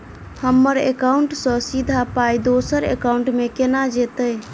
हम्मर एकाउन्ट सँ सीधा पाई दोसर एकाउंट मे केना जेतय?